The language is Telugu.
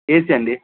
ఏసీ అండీ